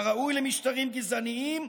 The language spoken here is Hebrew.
כראוי למשטרים גזעניים,